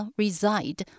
reside